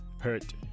hurt